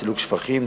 סילוק שפכים,